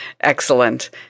Excellent